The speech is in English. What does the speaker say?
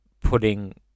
putting